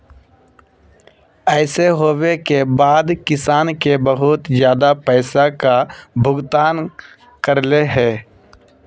ऐसे होबे के बाद किसान के बहुत ज्यादा पैसा का भुगतान करले है?